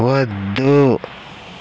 వద్దు